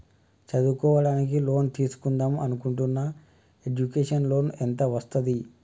చదువుకోవడానికి లోన్ తీస్కుందాం అనుకుంటున్నా ఎడ్యుకేషన్ లోన్ ఎంత వస్తది?